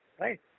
right